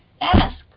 ask